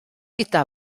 gyda